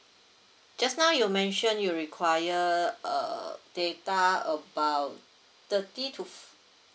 just now you mentioned you require err data about thirty to f~